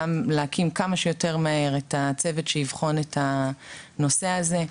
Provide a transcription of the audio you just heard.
גם להקים כמה שיותר מהר את הצוות שיבחן את הנושא הזה.